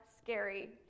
scary